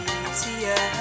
easier